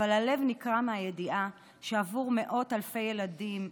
אבל הלב נקרע מהידיעה שעבור מאות אלפי ילדים,